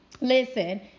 listen